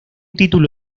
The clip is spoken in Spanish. título